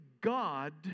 God